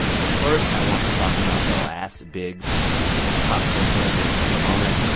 but first, i want to talk about the last big pop culture event of the moment,